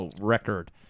record